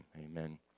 Amen